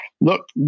look